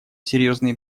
серьезные